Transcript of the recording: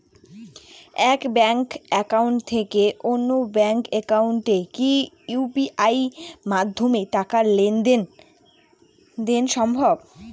এক bank account থেকে অন্য ব্যাংক একাউন্টে কি ইউ.পি.আই মাধ্যমে টাকার লেনদেন দেন সম্ভব?